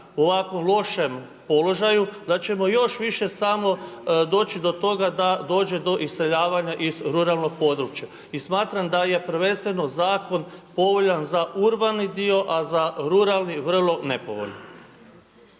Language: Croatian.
u ovako lošem položaju, da ćemo još više samo doći do toga da dođe do iseljavanja iz ruralnog područja. I smatram da je prvenstveno zakon povoljan za urbani dio, a za ruralni vrlo nepovoljan.